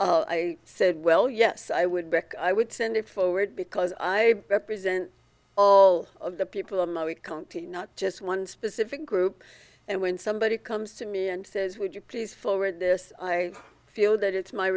it i said well yes i would bet i would send it forward because i represent all of the people of county not just one specific group and when somebody comes to me and says would you please forward this i feel that it's my